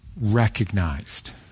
recognized